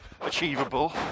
achievable